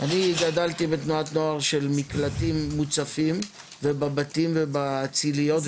אני גדלתי בתנועת נוער של מקלטים מוצפים ובבתים ובציליות בין העצים.